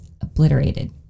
obliterated